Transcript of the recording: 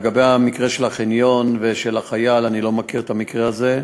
לגבי המקרה של החניון ושל החייל: אני לא מכיר את המקרה הזה.